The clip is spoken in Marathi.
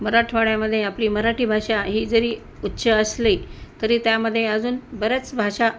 मराठवाड्यामध्ये आपली मराठी भाषा ही जरी उच्च असली तरी त्यामध्ये अजून बऱ्याच भाषा